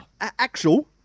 Actual